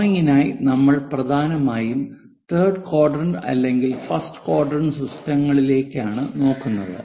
ഡ്രോയിംഗിനായി നമ്മൾ പ്രധാനമായും third quadrant അല്ലെങ്കിൽ ഫസ്റ്റ് ക്വാഡ്രന്റ് സിസ്റ്റങ്ങളിലേക്കാണ് നോക്കുന്നത്